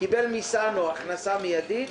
קיבלו מ-סנו הכנסה מיידית.